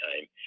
time